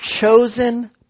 chosen